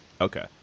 Okay